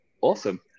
awesome